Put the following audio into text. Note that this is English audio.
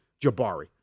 Jabari